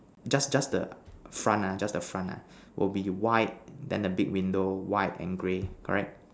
just just the front ah just the front ah will be white then the big window white and grey correct